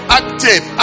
active